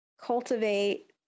cultivate